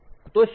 તો શું થાય છે